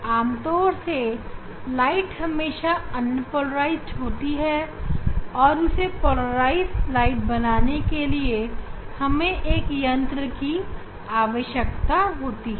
प्राकृतिक रूप से मिलने वाला प्रकाश हमेशा अन्पोलराइज्ड होता है और उससे पोलराइज्ड प्रकाश बनाने के लिए हमें एक यंत्र या फिर किसी प्रकार के प्रबंध की आवश्यकता होती है